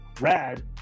Rad